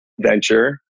venture